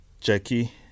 Jackie